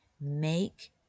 Make